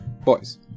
boys